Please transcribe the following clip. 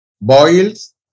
boils